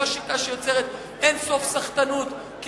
לא שיטה שיוצרת סחטנות אין-סופית,